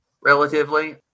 relatively